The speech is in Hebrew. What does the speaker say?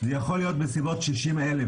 יכול להיות בסביבות 60 אלף.